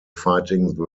fighting